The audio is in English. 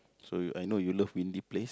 so I know you love windy place